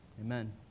Amen